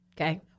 Okay